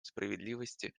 справедливости